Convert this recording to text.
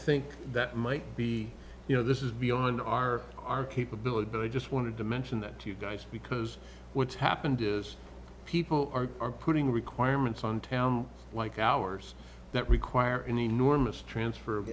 think that might be you know this is beyond our our capability but i just wanted to mention that to you guys because what's happened is people are are putting requirements on town like ours that require an enormous transfer of